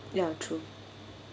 ya true